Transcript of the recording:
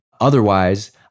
Otherwise